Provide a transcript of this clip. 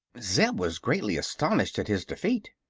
zeb was greatly astonished at his defeat,